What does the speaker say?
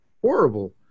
horrible